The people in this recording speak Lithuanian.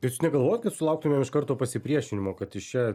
tai jūs negalvojat kad sulauktumėm iš karto pasipriešinimo kad iš čia